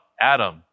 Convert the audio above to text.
Adam